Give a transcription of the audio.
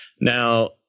Now